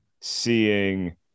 seeing